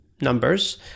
numbers